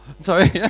sorry